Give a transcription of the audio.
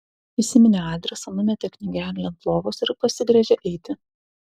įsiminė adresą numetė knygelę ant lovos ir pasigręžė eiti